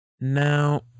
Now